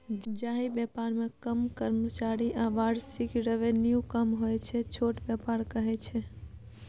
जाहि बेपार मे कम कर्मचारी आ बार्षिक रेवेन्यू कम होइ छै छोट बेपार कहय छै